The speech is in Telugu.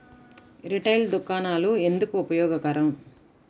రిటైల్ దుకాణాలు ఎందుకు ఉపయోగకరం?